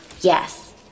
Yes